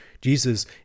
Jesus